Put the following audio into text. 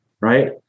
right